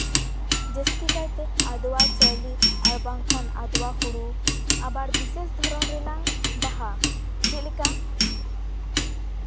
ᱡᱟᱥᱛᱤᱠᱟᱭᱛᱮ ᱟᱫᱚᱣᱟ ᱪᱟᱣᱞᱮ ᱟᱨ ᱵᱟᱝᱠᱷᱟᱱ ᱟᱫᱚᱣᱟ ᱦᱩᱲᱩ ᱟᱵᱟᱨ ᱵᱤᱥᱮᱥ ᱫᱷᱚᱨᱚᱱ ᱨᱮᱱᱟᱝ ᱵᱟᱦᱟ ᱪᱮᱫᱞᱮᱠᱟ